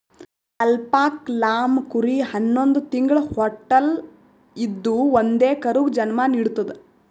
alpaca llama ಕುರಿ ಹನ್ನೊಂದ್ ತಿಂಗ್ಳ ಹೊಟ್ಟಲ್ ಇದ್ದೂ ಒಂದೇ ಕರುಗ್ ಜನ್ಮಾ ನಿಡ್ತದ್